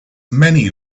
many